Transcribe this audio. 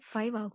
5 ஆகும்